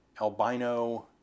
albino